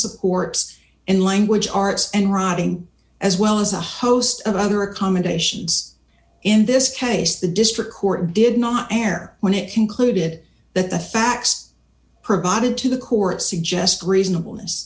support and language arts and writing as well as a host of other accommodations in this case the district court did not air when it concluded that the facts provided to the court suggest reasonable